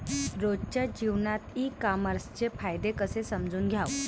रोजच्या जीवनात ई कामर्सचे फायदे कसे समजून घ्याव?